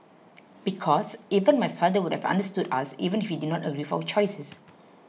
because even my father would have understood us even if he did not agree with our choices